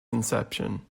inception